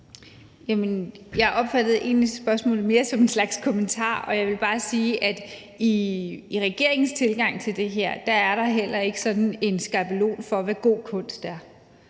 jeg opfattede egentlig spørgsmålet mere som en slags kommentar, og jeg vil bare sige, at i regeringens tilgang til det her er der heller ikke en skabelon for, hvad god kunst er.